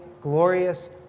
glorious